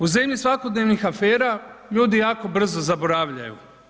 U zemlji svakodnevnih afera ljudi jako brzo zaboravljaju.